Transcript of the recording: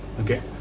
okay